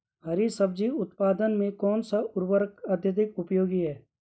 हरी सब्जी उत्पादन में कौन सा उर्वरक अत्यधिक उपयोगी है?